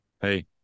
Hey